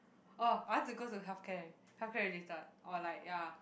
oh I want to go to healthcare healthcare related or like ya